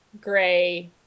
gray